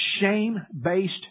shame-based